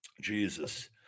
Jesus